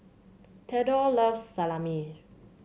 Theodore loves Salami